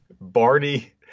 Barney